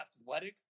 athletic